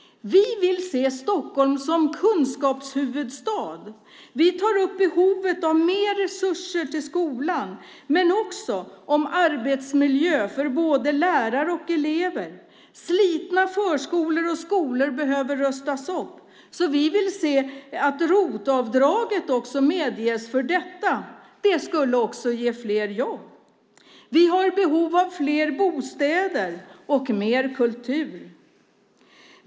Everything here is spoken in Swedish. Vi vill se Stockholm som kunskapshuvudstad. Vi tar upp behovet av mer resurser till skolan men också arbetsmiljön för både lärare och elever. Slitna förskolor och skolor behöver rustas upp. Vi vill se att ROT-avdrag också medges för detta. Det skulle också ge fler jobb. Vi har behov av fler bostäder och mer kultur.